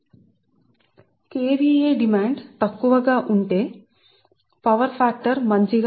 మీ KVA demand తక్కువగా ఉంటే శక్తి కారకం power factor మంచిది